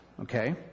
okay